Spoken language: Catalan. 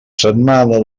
setmana